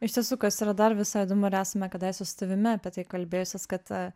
iš tiesų kas yra dar visai įdomu ir esame kadaise su tavimi apie tai kalbėjusios kad